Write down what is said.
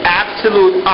absolute